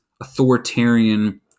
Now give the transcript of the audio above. authoritarian